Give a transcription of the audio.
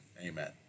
Amen